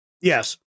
Yes